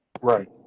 Right